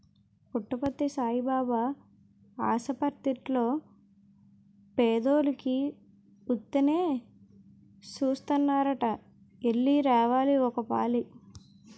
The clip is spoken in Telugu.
పుట్టపర్తి సాయిబాబు ఆసపత్తిర్లో పేదోలికి ఉత్తినే సూస్తారట ఎల్లి రావాలి ఒకపాలి